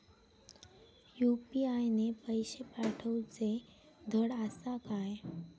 UPI ने पैशे पाठवूचे धड आसा काय?